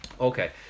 Okay